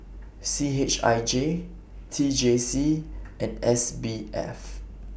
C H I J T J C and S B F